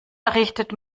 errichtet